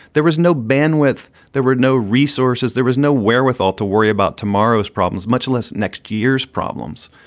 there was no bandwidth. there were no resources. there was no wherewithal to worry about tomorrow's problems, much less. next year's problems.